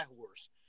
horse